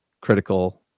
critical